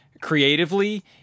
creatively